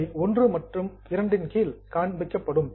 அவை மற்றும் இன் கீழ் காண்பிக்கப்படும்